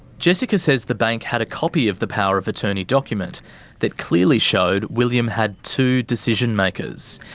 jessica says the bank had a copy of the power of attorney document that clearly showed william had two decision-makers.